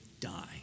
die